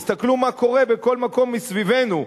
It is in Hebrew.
תסתכלו מה קורה בכל מקום מסביבנו.